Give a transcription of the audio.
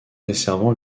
desservant